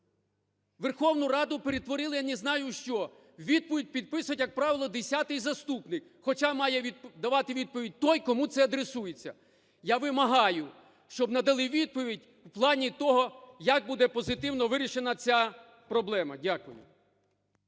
Верховну Раду перетворили, я не знаю в що. Відповідь підписує, як правило, десятий заступник, хоча має давати відповідь той, кому це адресується. Я вимагаю, щоб надали відповідь в плані того, як буде позитивно вирішена ця проблема. Дякую.